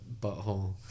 butthole